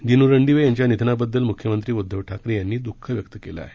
दिनू रणदिवे यांच्या निधनाबद्दल मुख्यमंत्री उद्दव ठाकरे यांनी दुःख व्यक्त केलं आहे